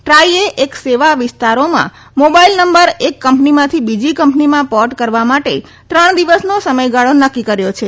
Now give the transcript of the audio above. ટ્રાઇએ એક સેવા વિસ્તારોમાં મોબાઇલ નંબર એક કંપનીમાંથી બીજી કંપનીમાં પોર્ટ કરવા માટે ત્રણ દિવસનો સમયગાળો નકકી કર્યો છે